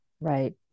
Right